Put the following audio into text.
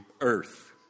earth